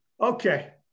Okay